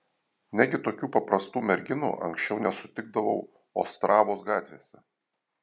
negi tokių paprastų merginų anksčiau nesutikdavau ostravos gatvėse